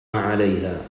عليها